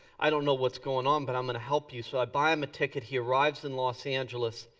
i don't know what's going on but i'm gonna help you. so i buy him a ticket. he arrives in los angeles.